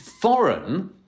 foreign